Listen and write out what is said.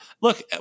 look